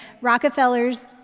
Rockefellers